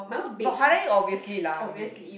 for Hari-Raya obviously lah we